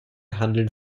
handeln